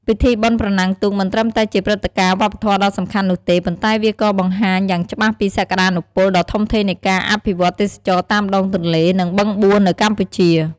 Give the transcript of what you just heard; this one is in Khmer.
ពិធីបុណ្យប្រណាំងទូកមិនត្រឹមតែជាព្រឹត្តិការណ៍វប្បធម៌ដ៏សំខាន់នោះទេ ប៉ុន្តែវាក៏បានបង្ហាញយ៉ាងច្បាស់ពីសក្ដានុពលដ៏ធំធេងនៃការអភិវឌ្ឍទេសចរណ៍តាមដងទន្លេ និងបឹងបួនៅកម្ពុជា។